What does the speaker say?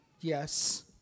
Yes